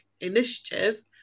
initiative